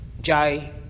Jai